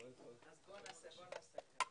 הישיבה נעולה.